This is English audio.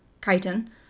chitin